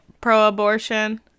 pro-abortion